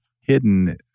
hidden